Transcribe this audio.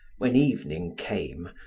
when evening came,